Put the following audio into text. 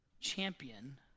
champion